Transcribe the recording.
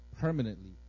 Permanently